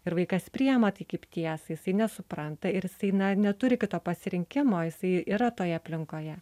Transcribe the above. ir vaikas priima tai kaip tiesą jisai nesupranta ir jisai neturi kito pasirinkimo jisai yra toje aplinkoje